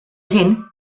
gent